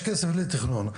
יש כסף לתכנון,